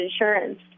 insurance